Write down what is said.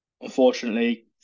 unfortunately